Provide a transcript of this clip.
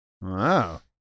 Wow